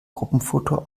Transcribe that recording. gruppenfoto